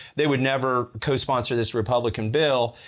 they would never co-sponsor this republican bill.